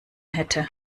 hätte